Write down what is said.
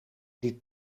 die